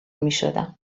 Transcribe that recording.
میشدم